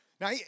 Now